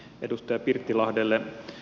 edustaja pirttilahdelle